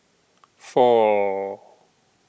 four